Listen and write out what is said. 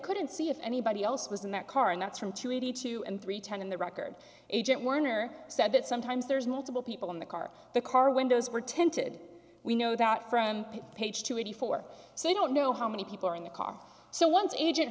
couldn't see if anybody else was in that car and that's from two to two and three ten in the record agent warner said that sometimes there's multiple people in the car the car windows were tinted we know that from page to eighty four so we don't know how many people are in the car so once agent